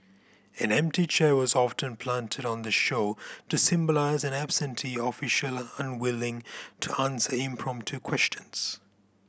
an empty chair was often planted on the show to symbolise an absentee official unwilling to answer impromptu questions